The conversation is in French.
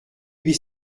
huit